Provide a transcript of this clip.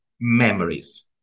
memories